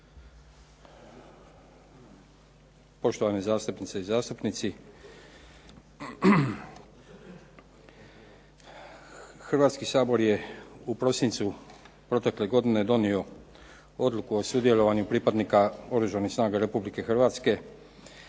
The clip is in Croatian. Poštovane zastupnice i zastupnici. Hrvatski sabor je u prosincu protekle godine donio Odluku o sudjelovanju pripadnika Oružanih snaga Republike Hrvatske